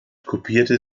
kopierte